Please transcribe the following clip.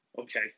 Okay